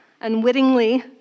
unwittingly